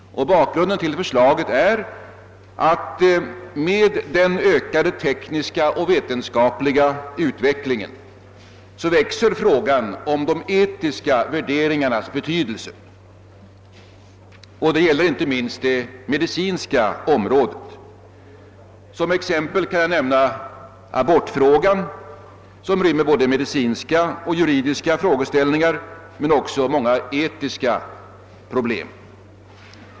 Bakgrunden till förslaget är att med den ökade tekniska och vetenskapliga utvecklingen ökar de etiska värderingarnas betydelse, och det gäller inte minst det medicinska området. Som exempel kan jag anföra abortfrågan som rymmer både medicinska och juridiska frågeställningar men också många etiska problem.